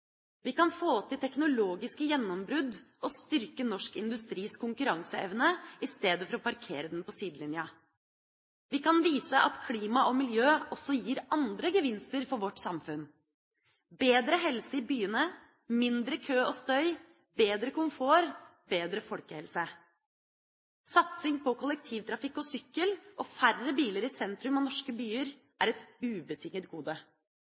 Vi kan få til teknologiske gjennombrudd og styrke norsk industris konkurranseevne i stedet for å parkere den på sidelinja. Vi kan vise at klima og miljø også gir andre gevinster for vårt samfunn: bedre helse i byene, mindre kø og støy, bedre komfort, bedre folkehelse. Satsing på kollektivtrafikk og sykkel og færre biler i sentrum av norske byer er et ubetinget gode.